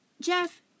Jeff